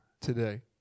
today